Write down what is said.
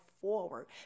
forward